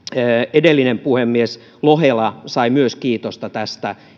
edellinen puhemies lohela sai myös kiitosta tästä